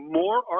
more